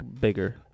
bigger